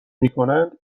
میکنند